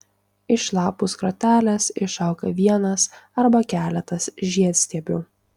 iš lapų skrotelės išauga vienas arba keletas žiedstiebių